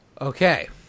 Okay